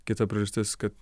kita priežastis kad